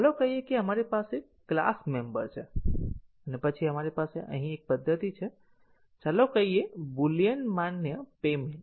ચાલો કહીએ કે આપણી પાસે ક્લાસ મેમ્બર છે અને પછી આપણી પાસે અહીં એક પદ્ધતિ છે ચાલો કહીએ બુલિયન માન્ય પેયમેન્ટ